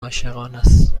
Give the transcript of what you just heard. عاشقانست